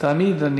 אדוני היושב-ראש.